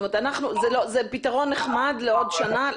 זה פתרון נחמד לעוד שנה,